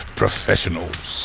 professionals